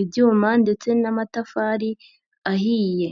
ibyuma ndetse n'amatafari ahiye.